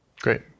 Great